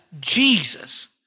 Jesus